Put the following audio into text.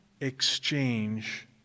exchange